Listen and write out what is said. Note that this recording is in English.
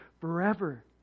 forever